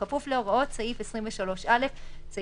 בכפוף להוראות סעיף 23א. (ג)